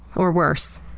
or worse,